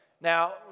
Now